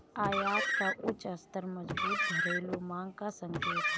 आयात का उच्च स्तर मजबूत घरेलू मांग का संकेत है